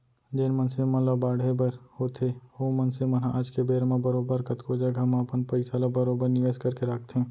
जेन मनसे मन ल बाढ़े बर होथे ओ मनसे मन ह आज के बेरा म बरोबर कतको जघा म अपन पइसा ल बरोबर निवेस करके राखथें